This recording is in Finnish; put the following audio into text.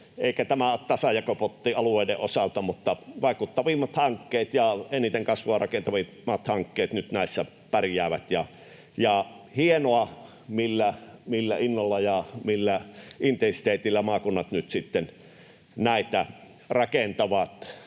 eikä tämä ole tasajakopotti alueiden osalta, mutta vaikuttavimmat hankkeet ja eniten kasvua rakentavat hankkeet nyt näissä pärjäävät. On hienoa, millä innolla ja millä intensiteetillä maakunnat nyt sitten näitä rakentavat,